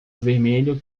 vermelho